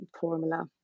formula